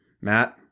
matt